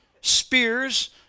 spears